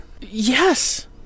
Yes